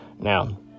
Now